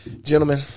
gentlemen